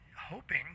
hoping